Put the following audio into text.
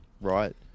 right